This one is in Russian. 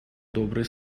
добрые